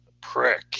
prick